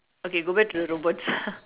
okay go back to the robots